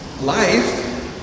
life